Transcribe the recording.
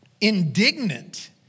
indignant